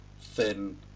thin